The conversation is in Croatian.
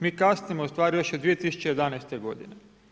Mi kasnimo ustvari još od 2011. godine.